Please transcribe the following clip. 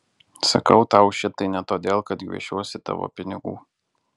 sakau tau šitai ne todėl kad gviešiuosi tavo pinigų